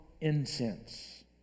incense